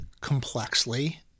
complexly